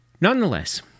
Nonetheless